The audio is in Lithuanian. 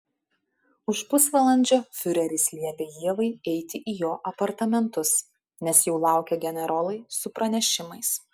už pusvalandžio fiureris liepė ievai eiti į jo apartamentus nes jau laukė generolai su pranešimais